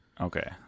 Okay